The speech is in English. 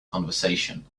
conversation